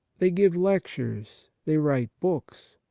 they give lectures, they write books,